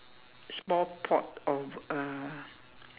small pot of uh